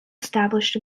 established